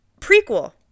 prequel